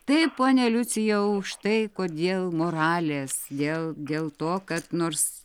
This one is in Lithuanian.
taip pone liucijau štai kodėl moralės dėl dėl to kad nors